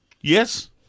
Yes